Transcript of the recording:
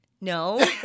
No